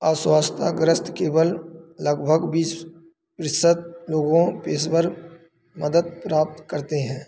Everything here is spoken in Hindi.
अस्वास्थ्यग्रस्त केवल लगभग बीस प्रतिशत लोगों पेशेवर मदद प्राप्त करते हैं